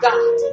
God